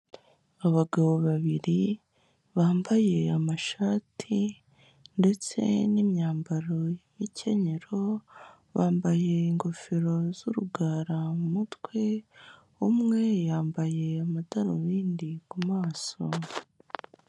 Abagabo babiri, bambaye amashati, ndetse n'imyambaro y'imikenyero, bambaye ingofero z'urugara mu mutwe, umwe yambaye amadarubindi ku maso.